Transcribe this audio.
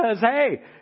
Hey